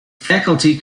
faculty